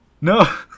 no